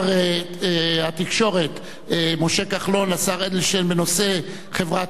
התקשורת משה כחלון לשר אדלשטיין בנושא חברת "הוט",